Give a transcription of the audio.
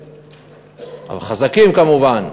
על חזקים כמובן,